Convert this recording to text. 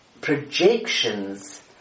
projections